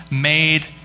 made